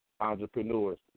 entrepreneurs